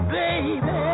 baby